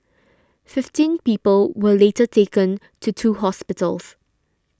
fifteen people were later taken to two hospitals